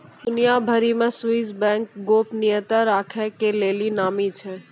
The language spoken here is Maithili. दुनिया भरि मे स्वीश बैंक गोपनीयता राखै के लेली नामी छै